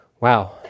Wow